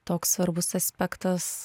toks svarbus aspektas